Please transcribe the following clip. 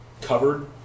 covered